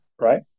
right